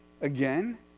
again